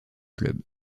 club